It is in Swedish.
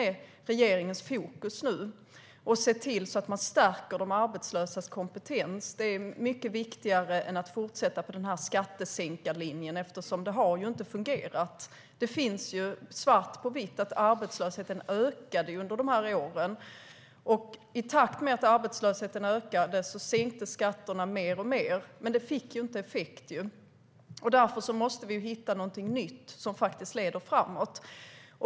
Regeringens fokus nu är att se till att man stärker de arbetslösas kompetens. Det är mycket viktigare än att fortsätta på den skattesänkarlinje som inte har fungerat. Det finns svart på vitt att arbetslösheten ökade under de här åren, och i takt med att arbetslösheten ökade sänktes skatterna mer och mer. Men det fick inte effekt, och därför måste vi hitta någonting nytt som leder framåt.